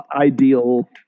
ideal